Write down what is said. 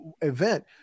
event